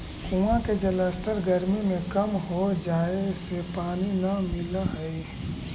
कुआँ के जलस्तर गरमी में कम हो जाए से पानी न मिलऽ हई